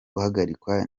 guhagarikwa